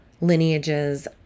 lineages